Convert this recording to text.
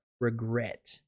Regret